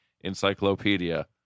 encyclopedia